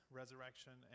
resurrection